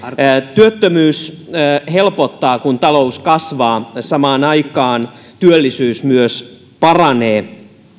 työttömyys helpottaa kun talous kasvaa samaan aikaan myös työllisyys paranee